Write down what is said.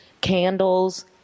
candles